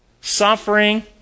suffering